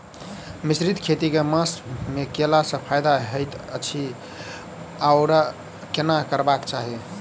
मिश्रित खेती केँ मास मे कैला सँ फायदा हएत अछि आओर केना करबाक चाहि?